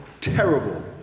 terrible